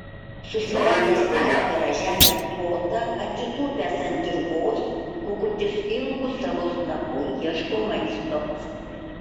susiradęs atvirą žemės plotą atsitūpęs ant dirvos kukutis ilgu savo snapu ieško maisto